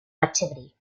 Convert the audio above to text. activity